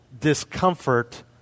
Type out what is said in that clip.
Discomfort